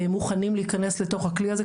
הם מוכנים להיכנס לתוך הכלי הזה.